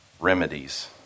remedies